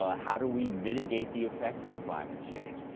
ah how do we mitigate the effects of climate change?